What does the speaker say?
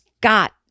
got